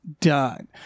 done